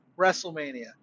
WrestleMania